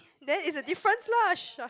that is the difference lah sha~